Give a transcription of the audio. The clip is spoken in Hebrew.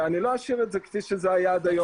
אני לא אשאיר את זה כפי שזה היה עד היום.